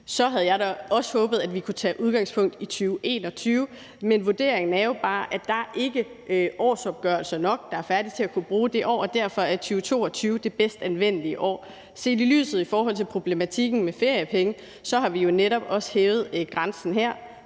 så havde jeg da også håbet, at vi kunne tage udgangspunkt i 2021. Men vurderingen er jo bare, at der ikke er årsopgørelser nok, der er færdige, til at kunne bruges fra det år, og derfor er 2020 det bedst anvendelige år. I forhold til problematikken med feriepenge har vi jo netop også hævet grænsen her